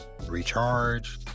recharge